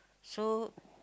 so